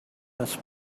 this